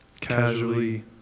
casually